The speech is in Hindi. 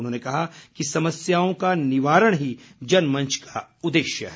उन्होंने कहा कि समस्याओं का निवारण ही जनमंच का उद्देश्य है